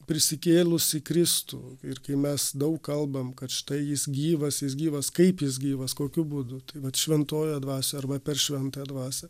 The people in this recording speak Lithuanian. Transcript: prisikėlusį kristų ir kai mes daug kalbam kad štai jis gyvas jis gyvas kaip jis gyvas kokiu būdu tai vat šventojoje dvasioje arba per šventąją dvasią